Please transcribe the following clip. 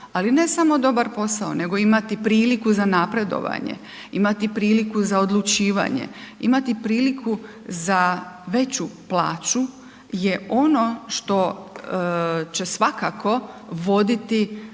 ali ne samo dobar posao, nego imati priliku za napredovanje, imati priliku za odlučivanje, imati priliku za veću plaću je ono što će svakako voditi ka